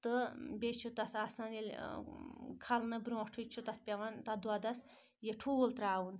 تہٕ بیٚیہِ چھُ تَتھ آسان ییٚلہِ کھَلنہٕ برونٛٹھٕے چھُ تَتھ پیٚوان تَتھ دۄدَس یہِ ٹھوٗل ترٛاوُن